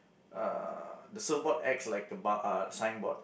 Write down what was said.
uh the surfboard acts like a bar ah signboard